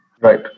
Right